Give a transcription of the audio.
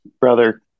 brother